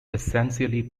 essentially